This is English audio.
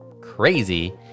crazy